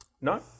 No